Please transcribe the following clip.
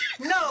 No